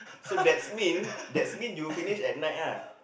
so that's mean that's mean you finish at night lah